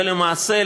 ולמעשה,